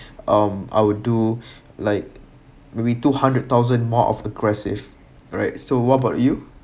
um I will do like maybe two hundred thousand more of aggressive alright so what about you